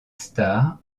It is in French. star